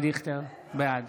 אינו נוכח אבי דיכטר, בעד